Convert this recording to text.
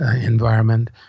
environment